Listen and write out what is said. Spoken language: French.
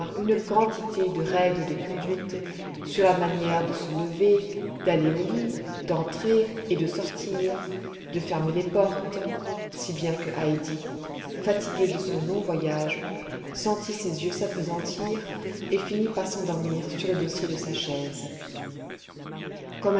une quantité de règles de conduite sur la manière de se lever d'aller au lit d'entrer et de sortir de fermer les portes si bien que heidi fatiguée de son long voyage sentit ses yeux s'appesantir et finit par s'endormir sur le dossier de sa chaise